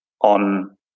on